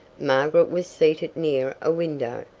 margaret was seated near a window,